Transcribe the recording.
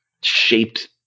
shaped